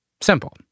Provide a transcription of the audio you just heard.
Simple